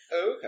Okay